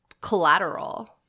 collateral